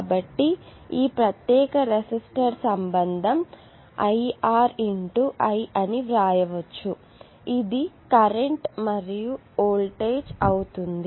కాబట్టి ఈ ప్రత్యేక రెసిస్టర్ సంబంధం దీనిని IR × I అని వ్రాయవచ్చు ఇది కరెంట్ మరియు వోల్టేజ్ ఇది అవుతుంది